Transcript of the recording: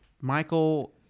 Michael